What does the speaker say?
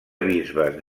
bisbes